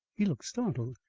he looked startled.